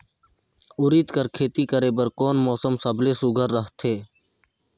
उरीद कर खेती करे बर कोन मौसम सबले सुघ्घर रहथे?